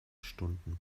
stunden